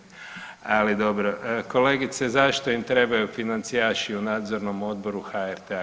ali dobro, kolegice zašto im trebaju financijaši u nadzornom odboru HRT-a.